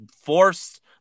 forced